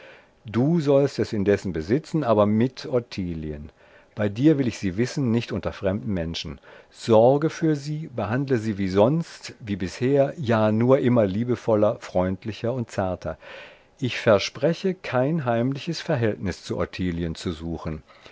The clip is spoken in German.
du sollst es indessen besitzen aber mit ottilien bei dir will ich sie wissen nicht unter fremden menschen sorge für sie behandle sie wie sonst wie bisher ja nur immer liebevoller freundlicher und zarter ich verspreche kein heimliches verhältnis zu ottilien zu suchen